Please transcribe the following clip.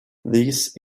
these